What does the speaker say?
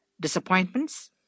disappointments